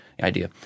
idea